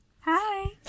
Hi